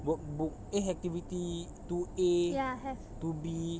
workbook eh activity two A two B